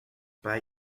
bei